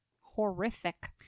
horrific